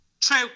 True